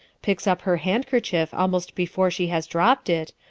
picks up her handkerchief almost before she has dropped it,